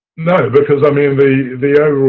no, because i mean